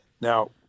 Now